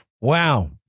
Wow